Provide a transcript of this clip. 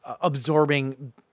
absorbing